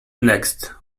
next